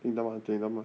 听到吗停了吗